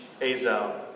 Azal